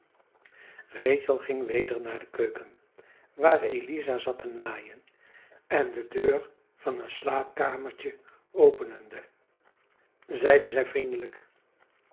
rachel ging weder naar de keuken waar eliza zat te naaien en de deur van een slaapkamertje openende zeide zij vriendelijk